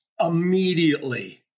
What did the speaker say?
immediately